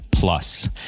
Plus